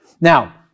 Now